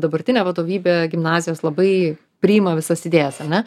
dabartinė vadovybė gimnazijos labai priima visas idėjas ar ne